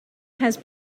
has